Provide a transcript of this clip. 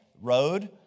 road